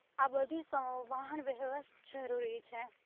આ બધી વાહન વ્યહવાર જરૂરી છે